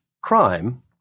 crime